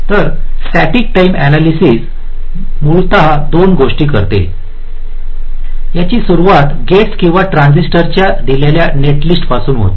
तरस्टॅटिक time analysis मूलत 2 गोष्टी करते याची सुरुवात गेट्स किंवा ट्रान्झिस्टरच्या दिलेल्या नेटलिस्ट पासून होते